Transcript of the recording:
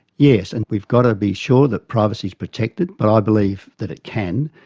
yes, and we've got to be sure that privacy is protected, but i believe that it can,